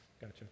Gotcha